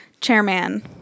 Chairman